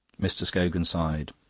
mr. scogan sighed.